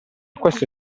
questo